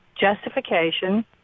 justification